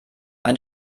ein